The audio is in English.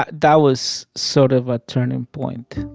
that that was sort of a turning point.